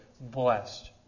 blessed